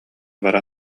бары